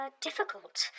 difficult